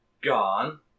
gone